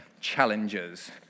challengers